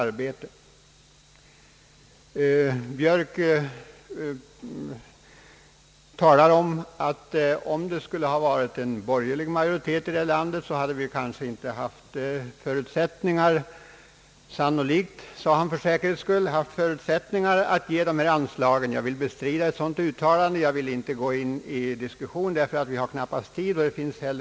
Herr Björk sade att om vi hade haft borgerlig majoritet i det här landet så hade vi — »sannolikt», sade han för säkerhets skull — inte haft förutsättningar att ge dessa anslag. Jag vill inte gå in på någon diskussion om den saken, ty tiden medger inte detta.